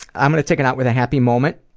i'm going to take it out with a happy moment.